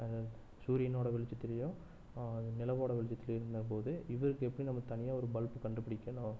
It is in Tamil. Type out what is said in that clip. சூரியனோடய வெளிச்சத்துலேயும் நிலவோடய வெளிச்சத்துலேயும் இருந்த போது இவருக்கு எப்படி நம்ப தனியாக ஒரு பல்பு கண்டுபிடிக்கணும்